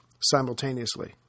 simultaneously